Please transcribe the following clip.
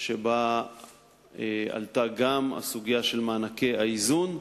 שבה עלתה גם הסוגיה של מענקי האיזון.